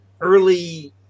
early